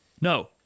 No